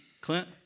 Clint